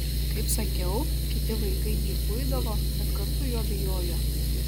kaip sakiau kiti vaikai jį uidavo bet kartu jo bijojo